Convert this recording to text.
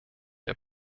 der